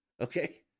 okay